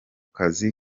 kazi